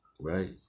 Right